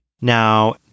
Now